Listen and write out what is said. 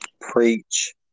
Preach